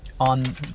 on